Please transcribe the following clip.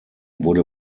wurde